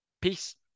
Peace